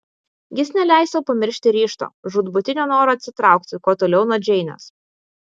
jis neleis sau pamiršti ryžto žūtbūtinio noro atsitraukti kuo toliau nuo džeinės